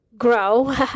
Grow